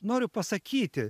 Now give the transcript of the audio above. noriu pasakyti